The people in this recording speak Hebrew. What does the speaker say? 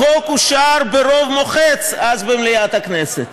החוק אושר ברוב מוחץ, אז, במליאת הכנסת,